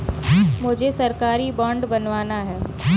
मुझे सरकारी बॉन्ड बनवाना है